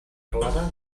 clara